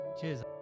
Cheers